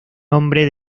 hombre